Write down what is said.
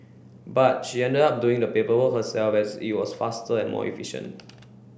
but she ended up doing the paperwork herself as it was faster and more efficient